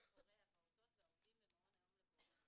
הורי הפעוטות והעובדים במעון היום לפעוטות.